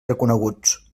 reconeguts